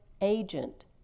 agent